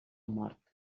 mort